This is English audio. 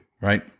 Right